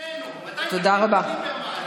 תודה רבה.